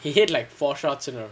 he had like four shots you know